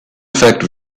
effect